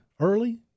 early